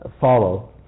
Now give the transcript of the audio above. follow